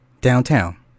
Downtown